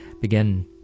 Begin